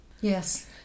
Yes